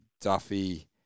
Duffy